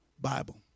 Bible